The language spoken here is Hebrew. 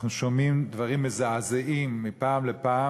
אנחנו שומעים דברים מזעזעים מפעם לפעם